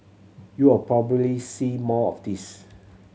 you'll probably see more of this